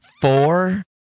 four